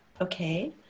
Okay